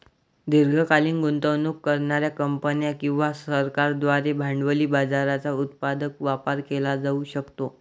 दीर्घकालीन गुंतवणूक करणार्या कंपन्या किंवा सरकारांद्वारे भांडवली बाजाराचा उत्पादक वापर केला जाऊ शकतो